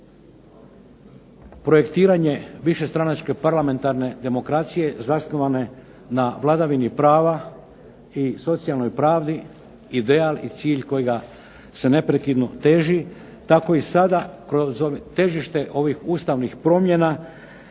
projektiranje višestranačke parlamentarne demokracije zasnovane na vladavini prava i socijalnoj pravdi ideal i cilj kojega se neprekidno teži, tako i sada kroz težište ovih ustavnih promjena